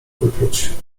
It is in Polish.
wypluć